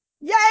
yay